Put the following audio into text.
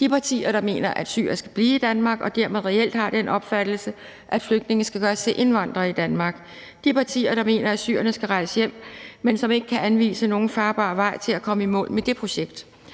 de partier, der mener, at syrerne skal blive i Danmark, og dermed reelt har den opfattelse, at flygtninge skal gøres til indvandrere i Danmark; de partier, der mener, at syrerne skal rejse hjem, men som ikke kan anvise nogen farbar vej til at komme i mål med det projekt;